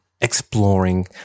exploring